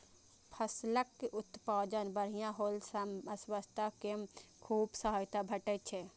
फसलक उत्पादन बढ़िया होइ सं अर्थव्यवस्था कें खूब सहायता भेटै छै